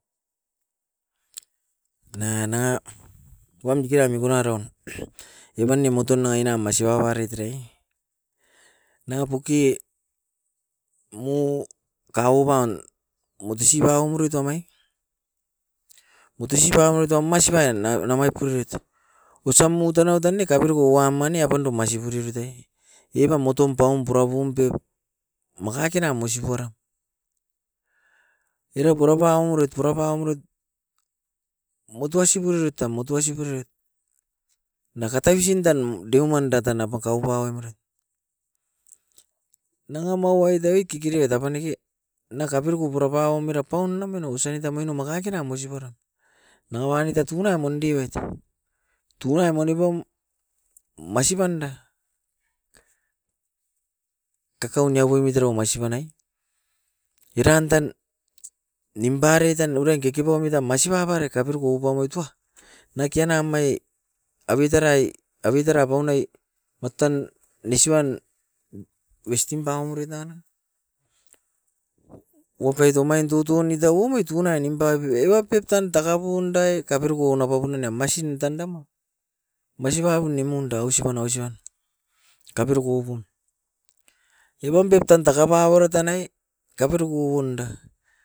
Nanga na wam dikuna mikuna rowan evan ne mou tunai na masiba barit era e, nanga poki emou kauvan motosi baumorit omai. Motosi baumori tamas nan, a nangake ousam mou tanai tan ne kaperauku wama ne apanda masi puribite. Eram moton paum purapum pep makakina mosiporam, era purapauroit purapauroit motuasi boirut tam, motuasi boirut. Naka tausin tan deuman da tan apakaupa aumeram, nanga mauait oit kekere e tapaneke nakapiruku purapau mera paun namenou osainita omain oma kakera mosiparam. Naua amit a tuna mondi uet, tuna monipam masi panda kakaunia omit era omaisi panai, eran tan nimparet tan uruain kekepomit eram masipa barek kaperau kopau maipa. Mai kian namai abitarai, abitara paunai matan nesuan westen paumoritan wopait omain tutun oit ta omain tunai nimpapiu eva pep tan taka pundai kapiroko ouna papunina masin tandan, masipapun nimun tan austan aisa, kapiroko upu. Evan pep tan takabaori tanai, kapiruku ounda.